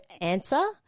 answer